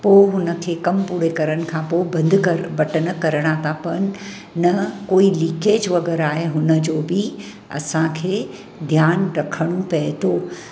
पोइ हुनखे कमु पूरे करण खां पोइ बंदि कर बटण करणा त पवनि न कोई लीकेज वग़ैराह आहे हुनजो बि असांखे ध्यानु रखनि पए थो